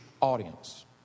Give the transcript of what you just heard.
audience